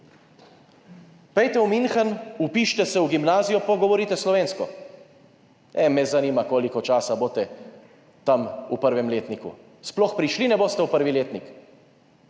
Pojdite v München, vpišite se v gimnazijo pa govorite slovensko! Me zanima, koliko časa boste tam v 1. letniku. Sploh prišli ne boste v 1. letnik.